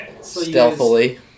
Stealthily